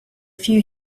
few